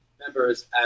members